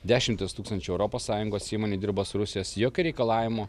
dešimtys tūkstančių europos sąjungos įmonių dirba su rusijos jokio reikalavimo